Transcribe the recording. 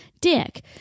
dick